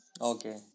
Okay